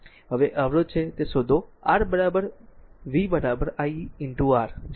તેથી તે અવરોધ છે તે શોધો R v iR જાણો